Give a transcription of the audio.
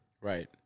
right